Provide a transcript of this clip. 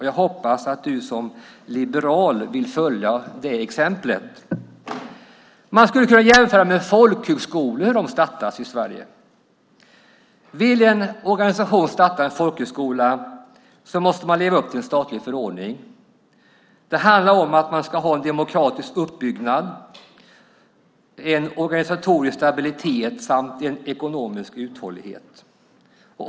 Jag hoppas därför att du som liberal vill följa det exemplet. Man skulle kunna jämföra med folkhögskolor som startas i Sverige. Om en organisation vill starta en folkhögskola måste den leva upp till en statlig förordning. Det handlar om att ha en demokratisk uppbyggnad, en organisatorisk stabilitet samt ekonomisk uthållighet.